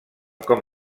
com